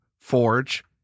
Forge